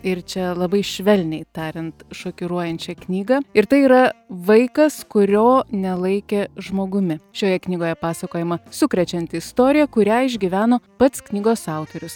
ir čia labai švelniai tariant šokiruojančią knygą ir tai yra vaikas kurio nelaikė žmogumi šioje knygoje pasakojama sukrečianti istorija kurią išgyveno pats knygos autorius